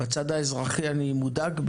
בצד האזרחי אני מודאג,